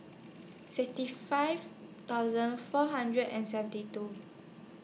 sixty five thousand four hundred and seventy two